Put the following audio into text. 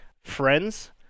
Friends